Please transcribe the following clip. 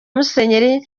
museveni